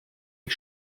ich